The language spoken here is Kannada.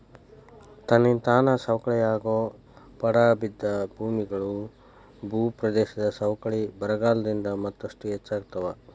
ತನ್ನಿಂತಾನ ಸವಕಳಿಯಾಗೋ ಪಡಾ ಬಿದ್ದ ಭೂಮಿಗಳು, ಭೂಪ್ರದೇಶದ ಸವಕಳಿ ಬರಗಾಲದಿಂದ ಮತ್ತಷ್ಟು ಹೆಚ್ಚಾಗ್ತಾವ